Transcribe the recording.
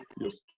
Yes